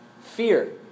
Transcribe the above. fear